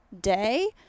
day